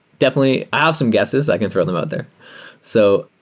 definitely. i have some guesses. i can throw them out there. so